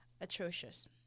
atrocious